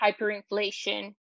hyperinflation